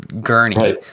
gurney